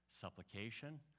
supplication